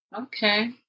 Okay